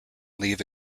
leave